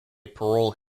parole